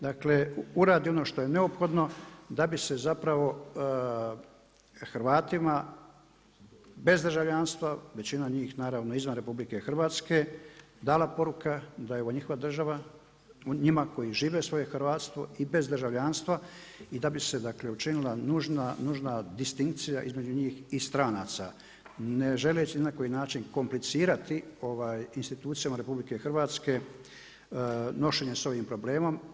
Dakle uradi ono što je neophodno da bi se zapravo Hrvatima bez državljanstva većina njih naravno izvan RH dala poruka da evo njihova država njima koji žive svoje hrvatstvo i bez državljanstva i da bi se, dakle učinila nužna distinkcija između njih i stranaca ne želeći ni na koji način komplicirati institucijama RH nošenje sa ovim problemom.